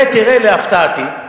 ותראה, להפתעתי,